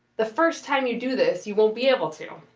the first time you do this you won't be able to,